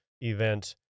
event